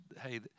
Hey